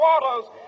waters